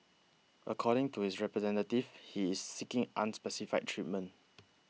according to his representatives he is seeking unspecified treatment